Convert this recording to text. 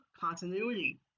continuity